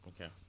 Okay